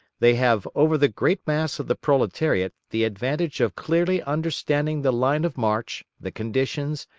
they have over the great mass of the proletariat the advantage of clearly understanding the line of march, the conditions,